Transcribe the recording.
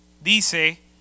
dice